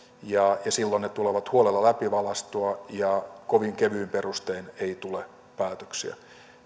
silloin ne tulevat huolella läpivalaistuiksi ja kovin kevyin perustein ei tule päätöksiä